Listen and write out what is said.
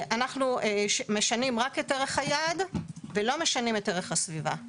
אנחנו משנים רק את ערך היעד ולא משנים את ערך הסביבה.